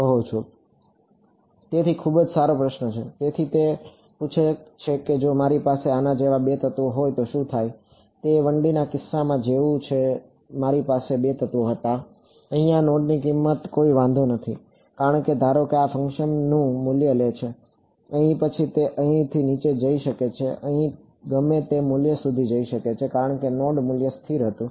તેથી ખૂબ જ સારો પ્રશ્ન તેથી તે પૂછે છે કે જો મારી પાસે આના જેવા 2 તત્વો હોય તો શું થાય છે તે 1D ના કિસ્સામાં જેવું જ છે મારી પાસે 2 તત્વો હતા અહીં આ નોડની કિંમત કોઈ વાંધો નથી કારણ કે ધારો કે આકાર ફંક્શન તેનું મૂલ્ય લે છે અહીં પછી તે અહીંથી નીચે જઈ શકે છે અને અહીં ગમે તે મૂલ્ય સુધી જઈ શકે છે કારણ કે આ નોડ મૂલ્ય સ્થિર હતું